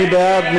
מי בעד?